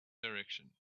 direction